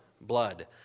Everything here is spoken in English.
blood